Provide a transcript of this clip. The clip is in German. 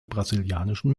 brasilianischen